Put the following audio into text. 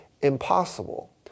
impossible